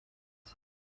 cye